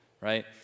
right